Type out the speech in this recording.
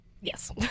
Yes